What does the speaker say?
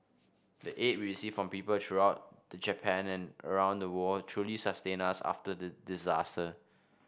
the aid we received from people throughout the Japan and around the world truly sustained us after the disaster